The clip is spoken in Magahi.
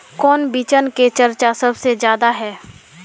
कौन बिचन के चर्चा सबसे ज्यादा है?